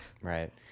Right